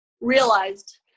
realized